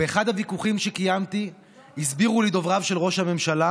באחד הוויכוחים שקיימתי הסבירו לי דובריו של ראש הממשלה